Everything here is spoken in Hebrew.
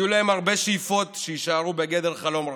יהיו להם הרבה שאיפות שיישארו בגדר חלום רחוק,